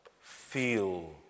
feel